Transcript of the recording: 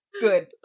Good